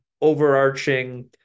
overarching